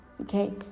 okay